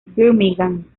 birmingham